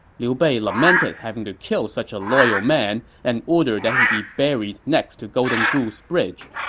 liu bei lamented having to kill such a loyal man and ordered that he be buried next to golden goose bridge.